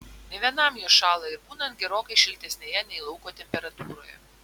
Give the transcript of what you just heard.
ne vienam jos šąla ir būnant gerokai šiltesnėje nei lauko temperatūroje